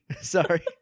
Sorry